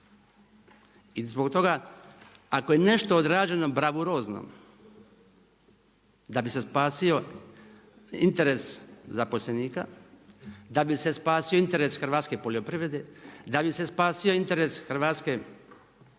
I zbog toga ako je nešto odrađeno bravurozno da bi se spasio interes zaposlenika, da bi se spasio interes hrvatske poljoprivrede, da bi se spasio interes hrvatske prehrambene